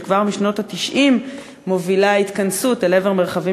שכבר בשנות ה-90 מובילה התכנסות אל עבר מרחבים